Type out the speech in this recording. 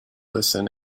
listen